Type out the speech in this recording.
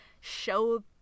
show